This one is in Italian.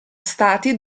stati